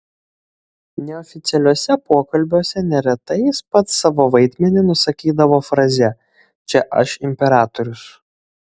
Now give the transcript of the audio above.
neoficialiuose pokalbiuose neretai jis pats savo vaidmenį nusakydavo fraze čia aš imperatorius